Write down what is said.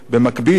במקביל,